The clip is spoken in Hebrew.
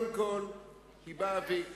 הממשלה הזאת היא אפס.